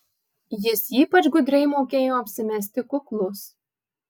jis ypač gudriai mokėjo apsimesti kuklus